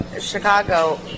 Chicago